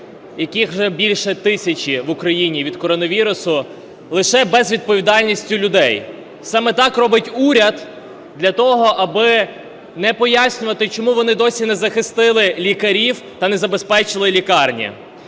яких вже більше тисячі в Україні від коронавірусу, лише безвідповідальністю людей. Саме так робить уряд для того, аби не пояснювати, чому вони досі не захистили лікарів та не забезпечили лікарні.